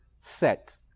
set